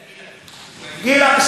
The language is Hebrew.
גילה.